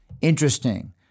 Interesting